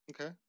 Okay